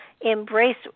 embrace